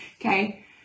okay